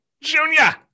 Junior